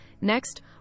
Next